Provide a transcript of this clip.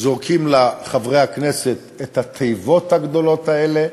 זורקים לחברי הכנסת את התיבות הגדולות האלה,